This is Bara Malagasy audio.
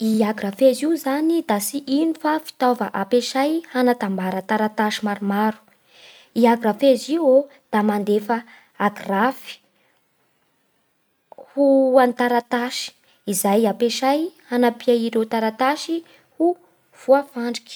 I agrafezy io zany da tsy ino fa fitaova ampiasay hanatambara taratasy maromaro. I agrafezy iô da mandefa agrafy ho an'ny taratasy izay ampiasay hanampia ireo taratasy ho voafandriky.